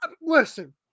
listen